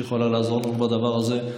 שיכולה לעזור לנו בדבר הזה.